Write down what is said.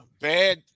bad